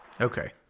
Okay